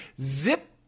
zip